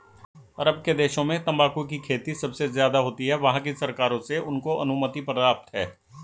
अरब के देशों में तंबाकू की खेती सबसे ज्यादा होती है वहाँ की सरकार से उनको अनुमति प्राप्त है